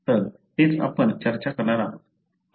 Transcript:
तर तेच आपण चर्चा करणार आहोत